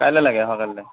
কাইলৈ লাগে অহা কাইলৈ